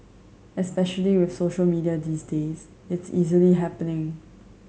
especially with social media these days it's easily happening